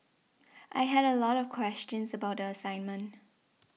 I had a lot of questions about the assignment